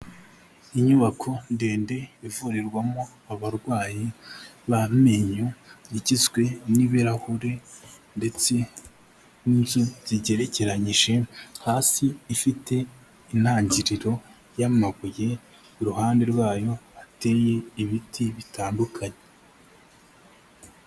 Inyubako ndende ivurirwamo abarwayi b'amenyo igizwe n'ibirahure ndetse n'inzu zigerekeranyije, hasi ifite intangiriro y'amabuye, iruhande rwayo hateye ibiti bitandukanye.